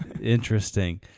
Interesting